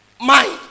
mind